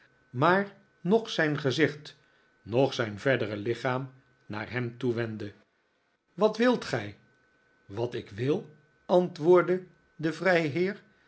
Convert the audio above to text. maar noch zijn gezicht noch zijn verdere lichaam naar hem toewendde wat wilt gij wat ik wil antwoordde de vrijheer